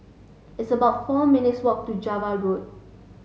it's about four minutes' walk to Java Road